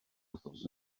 wythnos